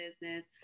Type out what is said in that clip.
business